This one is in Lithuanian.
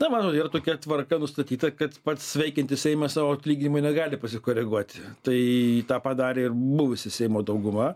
na matot yra tokia tvarka nustatyta kad pats veikiantis seimas savo atlyginimų negali pasikoreguoti tai tą padarė ir buvusi seimo dauguma